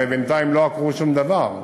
הרי בינתיים לא עקרו שום דבר.